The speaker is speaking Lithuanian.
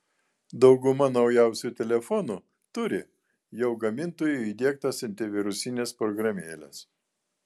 dauguma naujausių telefonų turi jau gamintojų įdiegtas antivirusines programėles